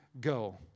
go